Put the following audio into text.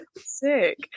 Sick